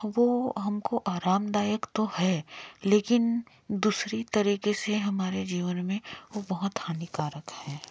वह हमको आरामदायक तो है लेकिन दूसरी तरीके से हमारे जीवन मे वह बहुत हानिकारक है